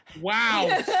Wow